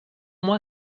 moi